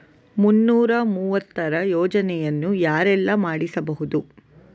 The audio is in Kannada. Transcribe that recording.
ಮುನ್ನೂರ ಮೂವತ್ತರ ಯೋಜನೆಯನ್ನು ಯಾರೆಲ್ಲ ಮಾಡಿಸಬಹುದು?